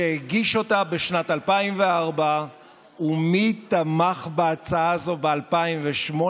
שהגיש אותה בשנת 2004. ומי תמך בהצעה הזו ב-2008,